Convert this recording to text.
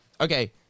Okay